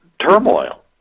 turmoil